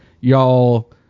y'all